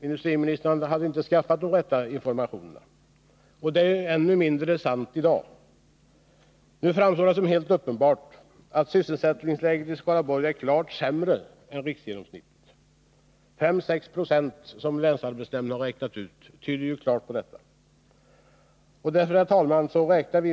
Industriministern hade inte skaffat de rätta informationerna. Det är ännu mindre sant i dag. Nu framstår det som helt uppenbart att sysselsättningsläget i Skaraborg är klart sämre än riksgenomsnittet. En arbetslöshet som enligt länsarbetsnämndens beräkningar ligger på 5-6 96 tyder på detta. Herr talman!